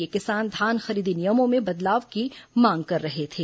ये किसान धान खरीदी नियमों में बदलाव की मांग कर रहे थे